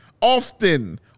often